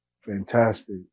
fantastic